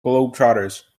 globetrotters